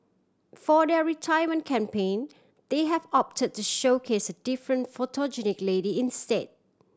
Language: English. for their retirement campaign they have opted the showcase a different photogenic lady instead